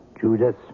Judas